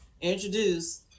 introduce